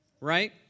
right